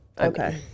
okay